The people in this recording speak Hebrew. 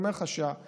אני אומר לך שהמינוח,